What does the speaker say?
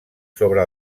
sobre